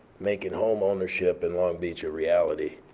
making home ownership in long beach a reality.